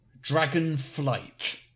Dragonflight